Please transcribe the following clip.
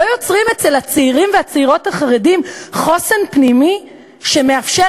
לא יוצרים אצל הצעירים והצעירות החרדים חוסן פנימי שמאפשר